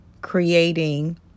creating